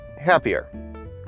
happier